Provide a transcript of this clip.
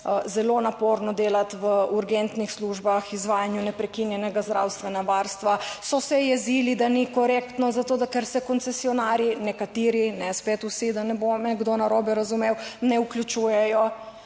zelo naporno delati v urgentnih službah, izvajanju neprekinjenega zdravstvenega varstva, so se jezili, da ni korektno, zato da ker se koncesionarji, nekateri, ne spet vsi, da ne bo me kdo narobe razumel, ne vključujejo.